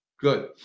good